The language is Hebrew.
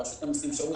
רשות המיסים.